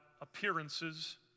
appearances